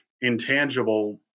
intangible